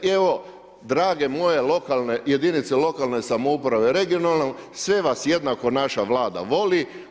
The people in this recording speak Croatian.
I evo, drage moje jedinice lokalne samouprave, regionalne sve vas jednako naša Vlada voli.